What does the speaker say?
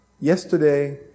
Yesterday